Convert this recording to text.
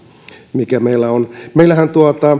mikä meillä on meillähän